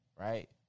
right